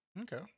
Okay